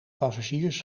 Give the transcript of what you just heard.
passagiers